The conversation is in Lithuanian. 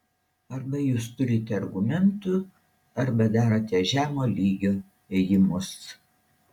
arba jūs turite argumentų arba darote žemo lygio ėjimus